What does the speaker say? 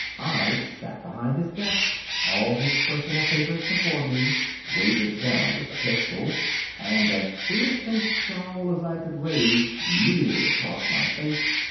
i sat behind his desk, all his personal papers before me weighted down with a pistol and as fierce a scowl as i could raise smeared across my face.